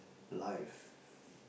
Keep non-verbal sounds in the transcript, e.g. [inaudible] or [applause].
life [breath]